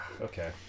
Okay